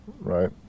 right